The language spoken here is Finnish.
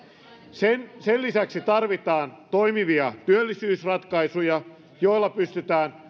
sen sen lisäksi tarvitaan toimivia työllisyysratkaisuja joilla pystytään